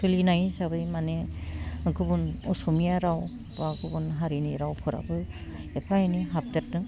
सोलिनाय हिसाबै माने गुबुन अस'मिया राव बा गुबुन हारिनि रावफोराबो एफा एनै हाबदेरदों